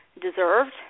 deserved